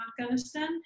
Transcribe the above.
Afghanistan